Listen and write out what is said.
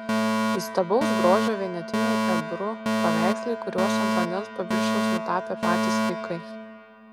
įstabaus grožio vienetiniai ebru paveikslai kuriuos ant vandens paviršiaus nutapė patys vaikai